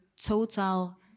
total